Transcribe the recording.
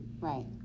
Right